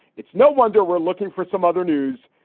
it's no wonder we're looking for some other news,